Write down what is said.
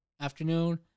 afternoon